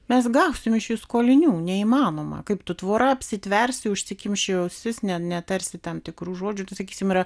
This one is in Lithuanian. mes gausim iš jų skolinių neįmanoma kaip tu tvora apsitversi užsikimši ausis ne netarsi tam tikrų žodžių tai sakysime yra